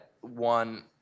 one